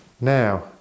Now